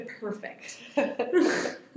perfect